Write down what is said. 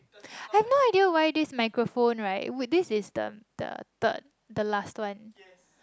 have no idea why this microphone right with this system the the the last one